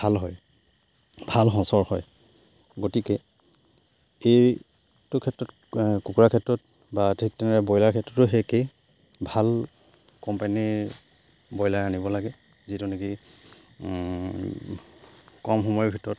ভাল হয় ভাল সঁচৰ হয় গতিকে এইটো ক্ষেত্ৰত কুকুৰাৰ ক্ষেত্ৰত বা ঠিক তেনেদৰে ব্ৰইলাৰ ক্ষেত্ৰতো সেই একেই ভাল কোম্পানীৰ ব্ৰইলাৰ আনিব লাগে যিটো নেকি কম সময়ৰ ভিতৰত